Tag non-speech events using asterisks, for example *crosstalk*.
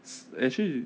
*noise* actually